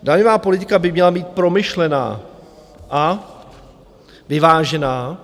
Daňová politika by měla být promyšlená a vyvážená.